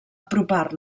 apropar